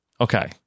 okay